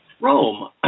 Rome